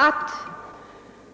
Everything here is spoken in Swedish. Att